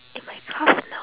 in my class now